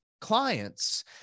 clients